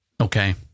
Okay